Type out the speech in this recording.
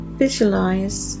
visualize